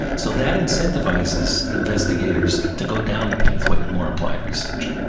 so, that incentivizes investigators to go down the pathway of more applied research.